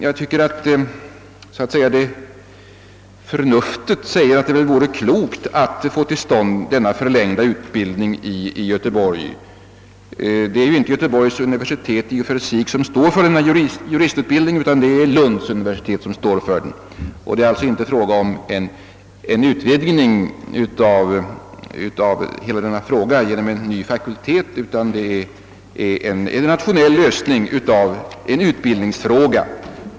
Jag tycker att förnuftet säger att det vore klokt att försöka få till stånd denna förlängda utbildning i Göteborg. Det är ju strängt taget inte Göteborgs universitet som står för juristutbildningen utan Lunds universitet. Det är alltså inte fråga om en utvidgning genom en ny fakultet vid Göteborgs universitet utan om en rationell lösning av en utbildningsfråga.